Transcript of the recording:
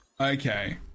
okay